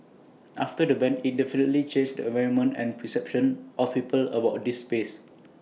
after the ban IT definitely changed the environment and perception of people about this space